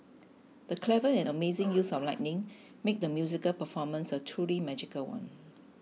the clever and amazing use of lighting made the musical performance a truly magical one